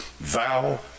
Thou